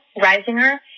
Risinger